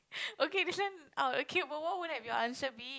okay this one uh okay but what would have your answer be